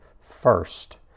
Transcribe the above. first